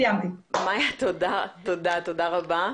תודה רבה.